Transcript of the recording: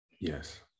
Yes